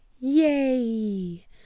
yay